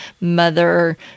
mother